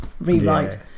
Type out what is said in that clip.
rewrite